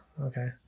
okay